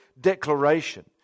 declaration